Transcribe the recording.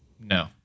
No